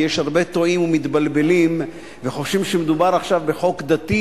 כי יש הרבה טועים ומתבלבלים וחושבים שמדובר עכשיו בחוק דתי